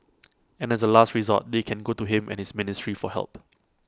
and as A last resort they can go to him and his ministry for help